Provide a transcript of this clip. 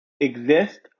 exist